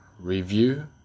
review